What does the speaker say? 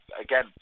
again